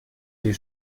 des